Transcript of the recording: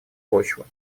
почву